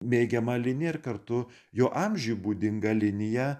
mėgiamą liniją ir kartu jo amžiui būdinga linija